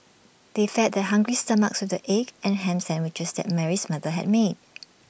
they fed their hungry stomachs with the egg and Ham Sandwiches that Mary's mother had made